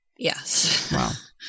Yes